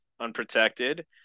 unprotected